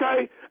okay